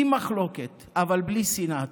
עם מחלוקת אבל בלי שנאה.